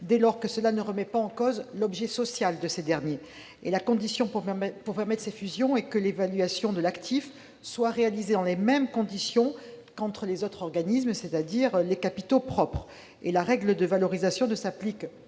dès lors que cela ne remet pas en cause l'objet social de ces derniers. La condition pour permettre ces fusions est que l'évaluation de l'actif soit réalisée dans les mêmes conditions qu'entre les autres organismes, avec des capitaux propres. La règle de valorisation ne s'applique